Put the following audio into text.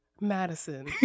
Madison